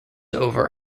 over